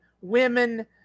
women